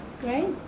Great